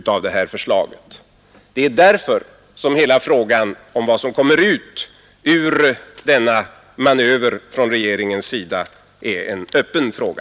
Vad som kommer ut av hela denna manöver från regeringens sida är därför en öppen fråga.